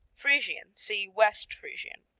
friesian see west friesian.